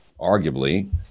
arguably